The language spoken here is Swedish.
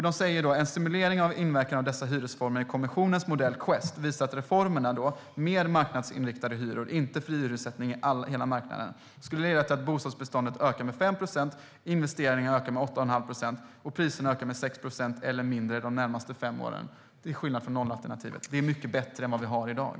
De säger: En stimulering av inverkan av dessa hyresformer i kommissionens modell Quest visar att reformerna - mer marknadsinriktade hyror, inte fri hyressättning på hela marknaden - skulle leda till att bostadsbeståndet ökade med 5 procent, att investeringarna ökade med 8,5 procent och att priserna ökade med 6 procent eller mindre de närmaste fem åren jämfört med nollalternativet. Det är mycket bättre än vad vi har i dag.